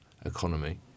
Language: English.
economy